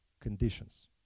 conditions